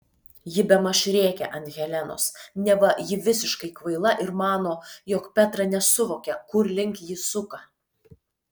ji bemaž rėkia ant helenos neva ji visiškai kvaila ir mano jog petra nesuvokia kur link ji suka